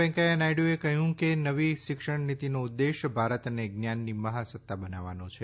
વેકૈયા નાયડુએ કહ્યું કે નવી શિક્ષણ નીતીનો ઉદ્દેશ્ય ભારતને જ્ઞાનની મહાસત્તા બનાવવાનો છે